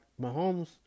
Mahomes